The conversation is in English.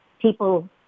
people